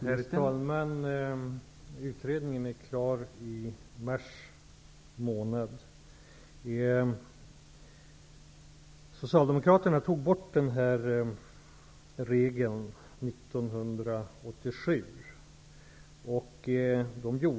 Herr talman! Utredningen blir klar i mars nästa år. 1987.